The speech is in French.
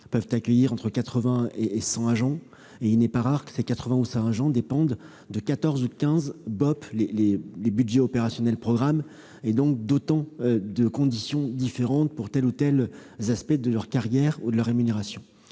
peuvent accueillir entre 80 et 100 agents qui, ce n'est pas rare, peuvent dépendre de 14 ou de 15 budgets opérationnels de programme, ou BOP, donc d'autant de conditions différentes pour tel ou tel aspect de leur carrière ou de leur rémunération.